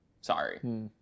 sorry